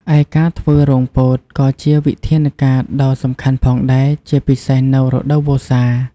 ឯការធ្វើរងពោតក៏ជាវិធានការដ៏សំខាន់ផងដែរ ជាពិសេសនៅ រដូវវស្សា។